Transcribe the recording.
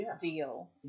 deal